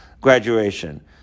graduation